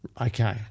Okay